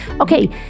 Okay